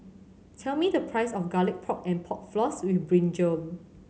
tell me the price of Garlic Pork and Pork Floss with brinjal